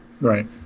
Right